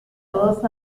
dos